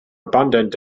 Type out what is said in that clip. abundant